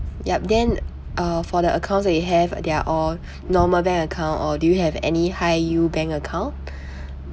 yup then uh for the accounts that you have they're all normal bank account or do you have any high yield bank account